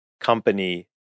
company